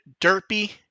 derpy